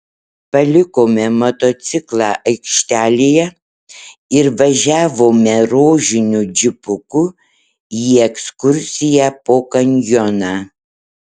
palikome motociklą aikštelėje ir važiavome rožiniu džipuku į ekskursiją po kanjoną